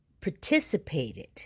participated